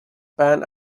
pan